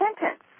sentence